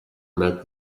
met